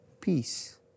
peace